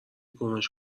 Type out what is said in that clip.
گمش